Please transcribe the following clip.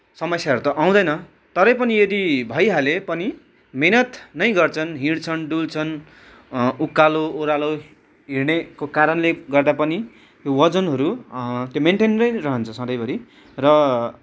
समस्याहरू त आउँदैन तर पनि यदि भइहाले पनि मिहिनेत नै गर्छन् हिँडछन् डुल्छन् उकालो ओह्रालो हिँड्नेको कारणले गर्दा पनि त्यो वजनहरू त्यो मेनटेन नै रहन्छ सधैँभरि र